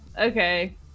Okay